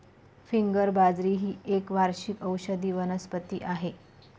finger बाजरी ही एक वार्षिक औषधी वनस्पती आहे